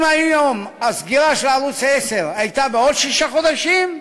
אם הסגירה של ערוץ 10 הייתה בעוד שישה חודשים,